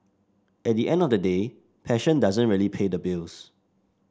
at the end of the day passion doesn't really pay the bills